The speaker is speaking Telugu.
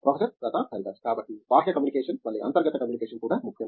ప్రొఫెసర్ ప్రతాప్ హరిదాస్ కాబట్టి బాహ్య కమ్యూనికేషన్ వలే అంతర్గత కమ్యూనికేషన్ కూడా ముఖ్యం